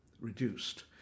reduced